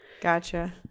Gotcha